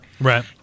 Right